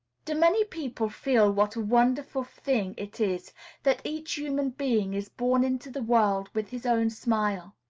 do many people feel what a wonderful thing it is that each human being is born into the world with his own smile?